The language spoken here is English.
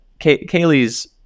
Kaylee's